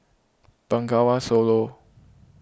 Bengawan Solo